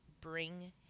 bring